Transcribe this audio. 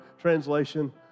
Translation